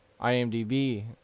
IMDb